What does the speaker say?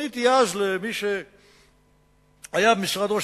פניתי אז אל מי שהיה אז במשרד ראש